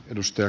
kiitos